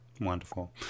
Wonderful